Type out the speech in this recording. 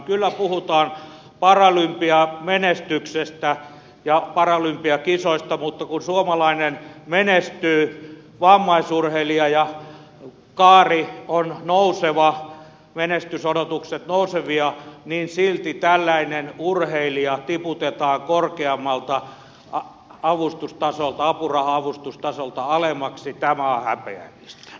kyllä puhutaan paralympiamenestyksestä ja paralympiakisoista mutta kun suomalainen vammaisurheilija menestyy ja kaari on nouseva menestysodotukset nousevia niin silti tällainen urheilija tiputetaan korkeammalta apuraha avustustasolta alemmaksi tämä on häpeällistä